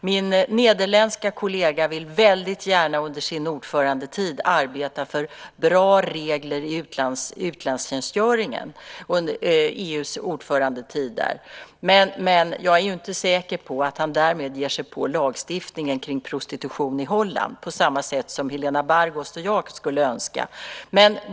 Min nederländska kollega vill väldigt gärna under Nederländernas ordförandetid i EU arbeta för bra regler i utlandstjänstgöringen, men jag är ju inte säker på att han därmed ger sig på lagstiftningen kring prostitution i Holland på det sätt som Helena Bargholtz och jag skulle önska.